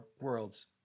worlds